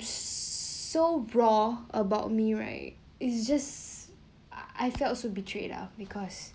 so raw about me right it's just I felt so betrayed uh because